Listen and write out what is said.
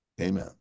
Amen